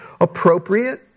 appropriate